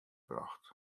brocht